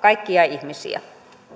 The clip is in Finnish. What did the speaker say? kaikkia ihmisiä